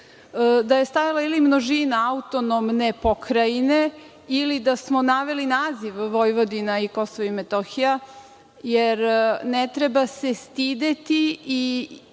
da je stajalo ili množina - autonomne pokrajine ili da smo naveli naziv Vojvodina i Kosovo i Metohija, jer ne treba se stideti i